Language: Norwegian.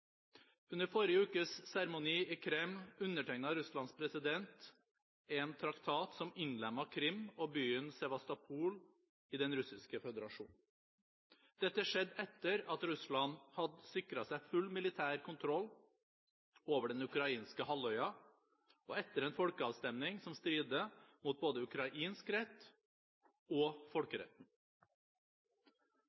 Under forrige ukes seremoni i Kreml undertegnet Russlands president en traktat som innlemmer Krim og byen Sevastopol i Den russiske føderasjon. Dette skjedde etter at Russland hadde sikret seg full militær kontroll over den ukrainske halvøya og etter en folkeavstemning som strider mot både ukrainsk rett og